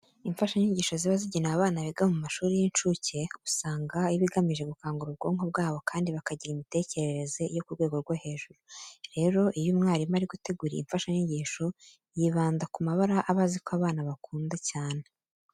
Imfashanyigisho ziba zigenewe abana biga mu mashuri y'incuke usanga iba igamije gukangura ubwonko bwabo kandi bakagira imitekerereze yo ku rwego rwo hejuru. Rero iyo umwarimu ari gutegura iyi mfashanyigisho yibanda ku mabara aba azi ko abana bakunda cyane.